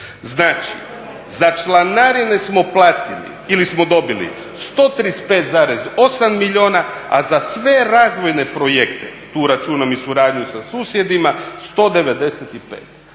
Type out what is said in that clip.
Znači za članarine smo platili ili smo dobili 135,8 milijuna, a za sve razvojne projekte, tu računam i suradnju sa susjedima 195.